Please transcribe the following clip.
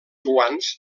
guants